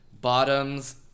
Bottoms